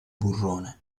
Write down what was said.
burrone